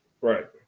Right